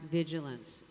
vigilance